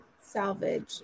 salvage